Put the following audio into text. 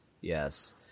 Yes